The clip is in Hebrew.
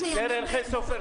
נדון ואושר בוועדה,